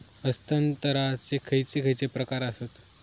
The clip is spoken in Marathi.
हस्तांतराचे खयचे खयचे प्रकार आसत?